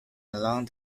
along